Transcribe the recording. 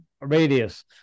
radius